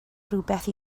rywbeth